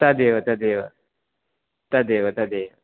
तदेव तदेव तदेव तदेव